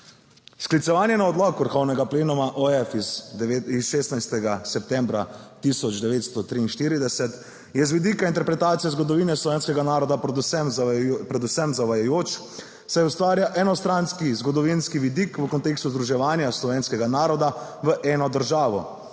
Sklicevanje na odlok Vrhovnega plenuma OF iz 16. septembra 1943 je z vidika interpretacije zgodovine slovenskega naroda predvsem zavajajoče, saj ustvarja enostranski zgodovinski vidik v kontekstu združevanja slovenskega naroda v eno državo.